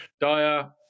Dyer